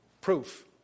proof